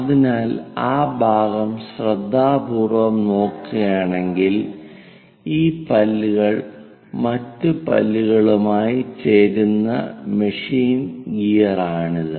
അതിനാൽ ആ ഭാഗം ശ്രദ്ധാപൂർവ്വം നോക്കുകയാണെങ്കിൽ ഈ പല്ലുകൾ മറ്റ് പല്ലുകളുമായി ചേരുന്ന മെഷീൻ ഗിയറാണിത്